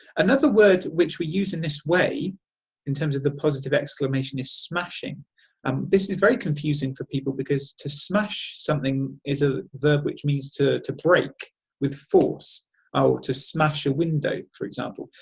another word which we use in this way in terms of the positive exclamation is smashing and um this is very confusing for people because to smash something is a verb which means to to break with force or to smash a window for example.